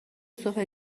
صبح